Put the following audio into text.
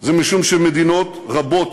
היא שמדינות רבות,